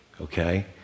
okay